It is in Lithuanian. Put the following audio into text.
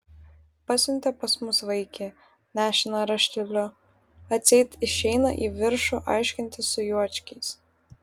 pasiuntė pas mus vaikį nešiną rašteliu atseit išeina į viršų aiškintis su juočkiais